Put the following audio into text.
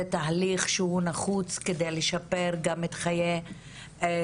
תהליך שהוא נחוץ כדי לשפר גם את חיי הנשים